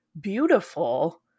beautiful